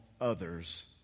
others